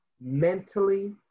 mentally